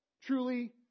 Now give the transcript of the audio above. truly